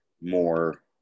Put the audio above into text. more